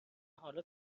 حالا